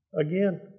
again